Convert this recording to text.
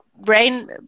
brain